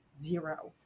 zero